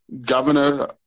governor